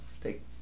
take